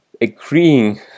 agreeing